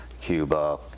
Cuba